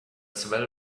swell